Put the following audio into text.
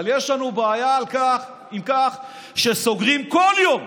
אבל יש לנו בעיה עם כך שסוגרים כל יום,